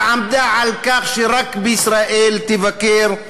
ועמדה על כך שרק בישראל תבקר.